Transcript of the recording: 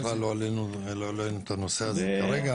בכלל לא העלנו את הנושא הזה כרגע.